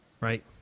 right